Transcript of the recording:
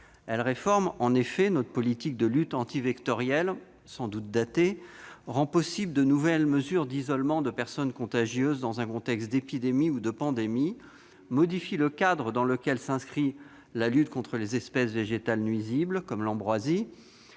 elle réforme notre politique de lutte antivectorielle, sans doute datée, rend possibles de nouvelles mesures d'isolement de personnes contagieuses dans un contexte d'épidémie ou de pandémie, modifie le cadre de la lutte contre les espèces végétales nuisibles, comme l'ambroisie,